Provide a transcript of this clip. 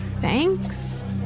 Thanks